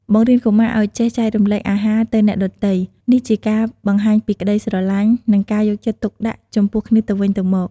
បង្រៀនកុមារឲ្យចេះចែករំលែកអាហារទៅអ្នកដទៃ នេះជាការបង្ហាញពីក្តីស្រឡាញ់ និងការយកចិត្តទុកដាក់ចំពោះគ្នាទៅវិញទៅមក។